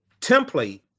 template